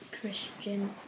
Christian